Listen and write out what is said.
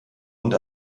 und